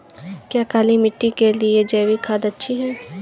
क्या काली मिट्टी के लिए जैविक खाद अच्छी है?